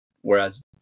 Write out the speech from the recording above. whereas